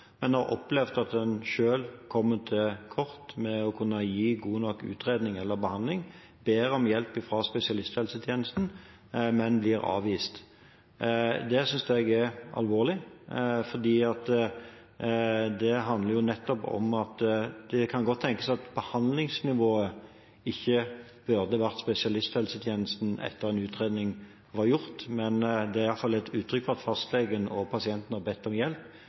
men hvor en har opplevd at en selv kommer til kort med å kunne gi god nok utredning eller behandling, så ber en om hjelp fra spesialisthelsetjenesten, men blir avvist. Det synes jeg er alvorlig. Det kan godt tenkes at behandlingsnivået ikke burde vært spesialisthelsetjenesten etter at en utredning var gjort, men det er i alle fall et uttrykk for at fastlegen og pasienten har bedt om hjelp,